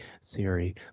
Siri